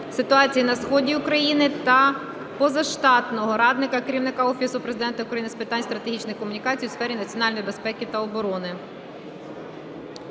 ситуації на сході України та позаштатного радника Керівника Офісу Президента України з питань стратегічних комунікацій у сфері національної безпеки та оборони.